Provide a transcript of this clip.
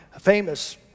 famous